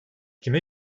kime